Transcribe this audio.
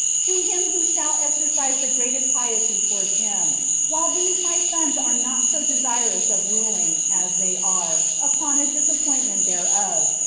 to him who shall exercise the greatest piety towards him while these my sons are not so desirous of ruling, as they are, upon a disappointment thereof,